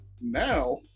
now